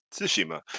tsushima